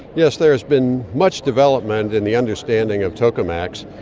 yes, there has been much development in the understanding of tokamaks.